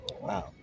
Wow